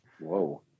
Whoa